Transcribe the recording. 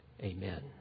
Amen